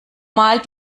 mal